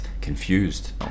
confused